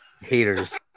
haters